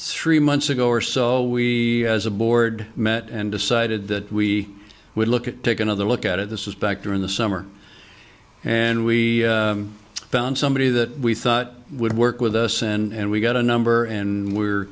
three months ago or so we as a board met and decided that we would look at take another look at it this was back during the summer and we found somebody that we thought would work with us and we got a number and we're